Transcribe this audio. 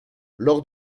lors